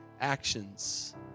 actions